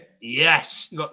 Yes